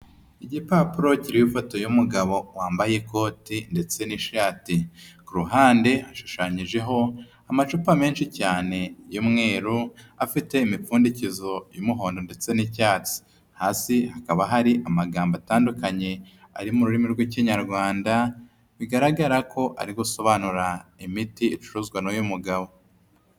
Igipapuro kiriho ifoto y'umugabo wambaye ikoti ndetse n'ishati, ku ruhande hashushanyijeho amacupa menshi cyane y'umweru afite imipfundikizo y'umuhondo ndetse n'icyatsi, hasi hakaba hari amagambo atandukanye ari mu rurimi rw'Ikinyarwanda bigaragara ko ari gusobanura imiti icuruzwa n'uyu mugabo.